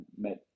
met